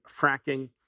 fracking